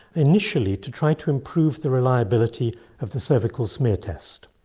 initially to try to improve the reliability of the cervical smear test.